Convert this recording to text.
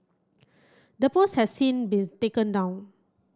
the post has since been taken down